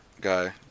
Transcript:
guy